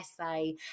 essay